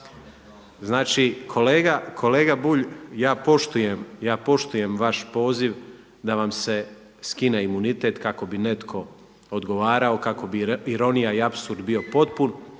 Znači, kolega Bulj ja poštujem vaš poziv da vam se skine imunitet kako bi netko odgovarao, kako bi ironija i apsurd bio potpun